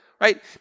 right